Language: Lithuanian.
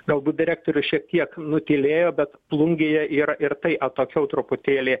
galbūt direktorius šiek tiek nutylėjo bet plungėje yra ir tai atokiau truputėlį